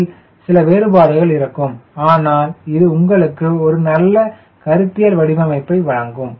அதில் சில வேறுபாடுகள் இருக்கும் ஆனால் இது உங்களுக்கு ஒரு நல்ல கருத்தியல் வடிவமைப்பை வழங்கும்